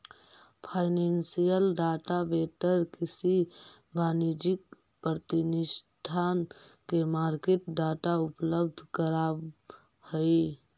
financial data vendor किसी वाणिज्यिक प्रतिष्ठान के मार्केट डाटा उपलब्ध करावऽ हइ